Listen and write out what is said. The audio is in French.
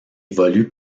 évolue